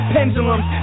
Pendulums